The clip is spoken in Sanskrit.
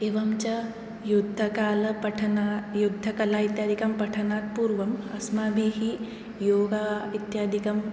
एवञ्च युद्धकला पठना युद्धकला इत्यादिकं पठनात् पूर्वं अस्माभिः योगः इत्यादिकं